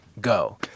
go